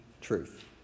Truth